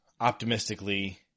optimistically